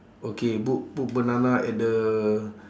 okay put put banana at the